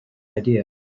idea